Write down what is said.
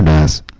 and as